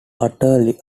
utterly